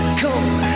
come